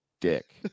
dick